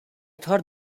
thought